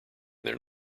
their